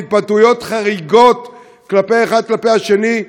והתבטאויות חריגות אחד כלפי השני,